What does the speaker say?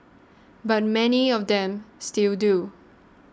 but many of them still do